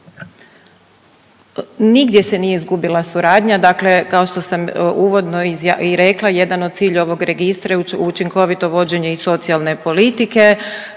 Nigdje se nije izgubila suradnja. Dakle kao što sam uvodno i rekla jedan od cilja ovog registra je učinkovito vođenje i socijalne politike.